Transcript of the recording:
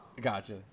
gotcha